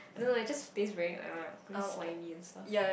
I don't know eh it just taste very ugh very slimy and stuff